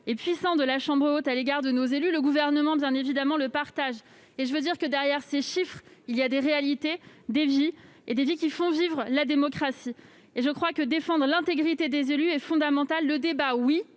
et puissant de la Chambre haute à l'égard de nos élus, et le Gouvernement, bien évidemment, le partage. Derrière ces chiffres, il y a des réalités et des vies, des vies qui font vivre la démocratie. Défendre l'intégrité des élus est fondamental : le débat, oui